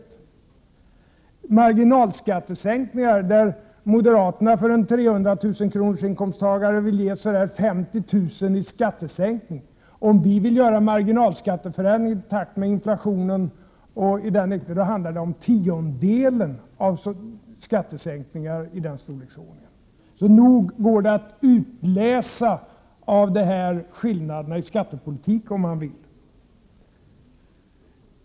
När det gäller marginalskattesänkningar vill moderaterna för en 300 000 kronorsinkomsttagare ge ungefär 50 000 kr. i skattesänkning. Om vi vill göra en marginalskatteförändring i takt med inflationen av detta belopp handlar det om tiondedelen i denna riktning i skattesänkning. Det går alltså att utläsa skillnaderna i skattepolitiken, om man vill.